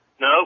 No